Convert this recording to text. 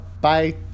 bye